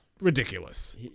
ridiculous